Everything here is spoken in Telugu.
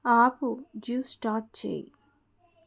ఆపు జ్యూస్ స్టార్ట్ చెయ్యి